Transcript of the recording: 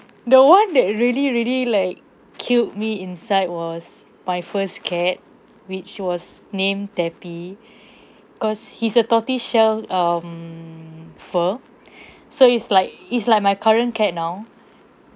the [one] that really really like killed me inside was my first cat which was named tappy cause he's a tortoise shell um fur so it's like it's like my current cat now